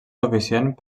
suficient